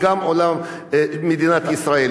וגם מדינת ישראל